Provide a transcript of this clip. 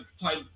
type